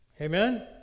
Amen